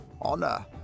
Honor